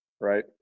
right